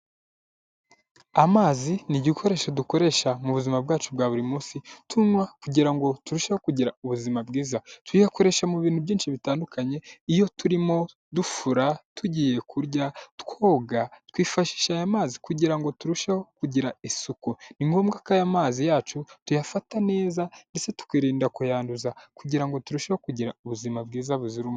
Amazi ni igikoresho dukoresha mu buzima bwacu bwa buri mufi tunywa kugira turusheho kugira ubuzima bwiza tuyakoreshe mu bintu byinshi bitandukanye iyo turimo dufura tugiye kurya twoga twifashisha aya mazi kugirango turusheho kugira isuku ngombwa ko aya mazi yacu tuyafata neza ndetse tukirinda kuyanduza kugirango turusheho kugira ubuzima bwiza buzira.